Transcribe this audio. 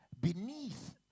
Beneath